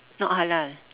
not halal